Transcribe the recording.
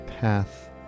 path